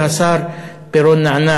והשר פירון נענה,